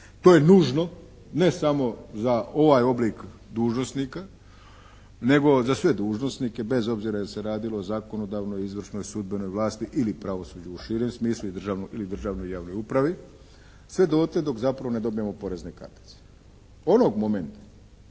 To je nužno ne samo za ovaj oblik dužnosnika nego za sve dužnosnike bez obzira jel' se radilo o zakonodavnoj, izvršnoj, sudbenoj vlasti ili pravosuđu u širem smislu ili državnoj javnoj upravi, sve dotle dok zapravo ne dobijemo porezne kartice. Onog momenta